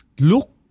Look